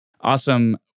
Awesome